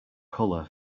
colour